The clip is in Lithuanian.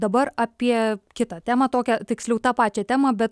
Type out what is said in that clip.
dabar apie kitą temą tokią tiksliau tą pačią temą bet